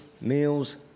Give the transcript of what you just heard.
meals